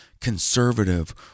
conservative